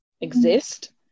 exist